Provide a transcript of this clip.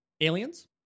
Aliens